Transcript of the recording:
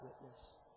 witness